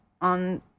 on